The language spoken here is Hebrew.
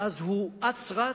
ואז הוא אץ רץ,